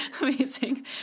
Amazing